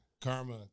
Karma